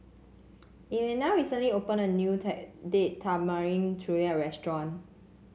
Elliana recently opened a new Date Tamarind Chutney Restaurant